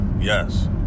Yes